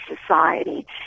society